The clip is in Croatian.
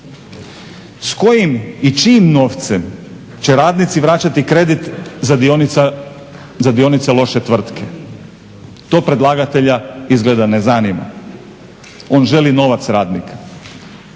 S kojim i čijim novcem će radnici vraćati krediti za dionice loše tvrtke? To predlagatelja izgleda ne zanima, on želi novac radnika.